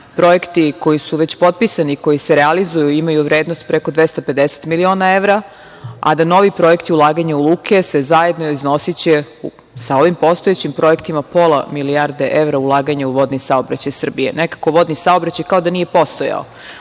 projekti koji su već potpisani, koji se realizuju, imaju vrednost preko 250 miliona evra, a da novi projekti ulaganja u luke sve zajedno iznosiće sa ovim postojećim projektima pola milijarde evra ulaganja u vodni saobraćaj Srbije. Nekako vodni saobraćaj kao da nije postojao